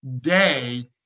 day